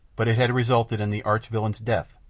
but it had resulted in the arch-villain's death,